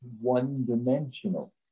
one-dimensional